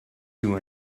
two